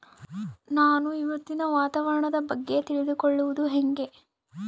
ನಾನು ಇವತ್ತಿನ ವಾತಾವರಣದ ಬಗ್ಗೆ ತಿಳಿದುಕೊಳ್ಳೋದು ಹೆಂಗೆ?